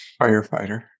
Firefighter